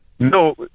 No